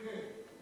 כן?